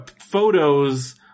photos